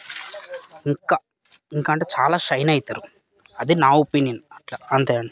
ఇంకా ఇంకా అంటే చాలా షైన్ అవుతారు అది నా ఒపీనియన్ అట్లా అంతే అండి